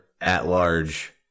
at-large